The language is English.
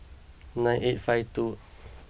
nine eight five two